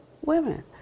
women